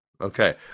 Okay